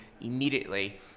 immediately